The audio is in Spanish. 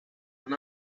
una